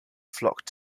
flocked